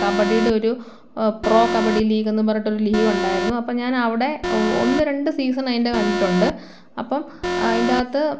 കബഡീടൊരു pro kabaddi league എന്നും പറഞ്ഞിട്ടൊരു ലീഗൊണ്ടായിരുന്നു അപ്പോൾ ഞാനവിടെ ഒന്ന് രണ്ട് സീസൺ അതിൻ്റെ കണ്ടിട്ടുണ്ട് അപ്പം അതിന്റകത്ത്